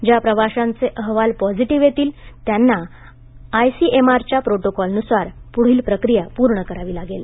ज्या प्रवाशांचे अहवाल पॅझिटिव्ह येतील त्यांना आयसीएमआरच्या पोटोकॉलनुसार पुढील प्रक्रिया पूर्ण करावं लागेल